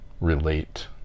relate